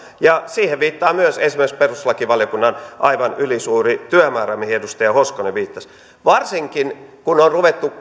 siihen viittaa myös esimerkiksi perustuslakivaliokunnan aivan ylisuuri työmäärä mihin edustaja hoskonen viittasi varsinkin kun on ruvettu